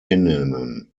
hinnehmen